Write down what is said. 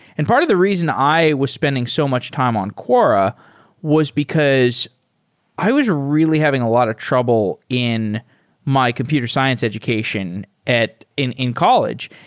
and part of the reason i was spending so much time on quora was because i was really having a lot of trouble in my computer science education in in college.